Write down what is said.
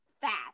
fast